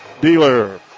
dealer